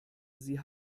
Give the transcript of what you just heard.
sie